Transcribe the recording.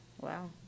wow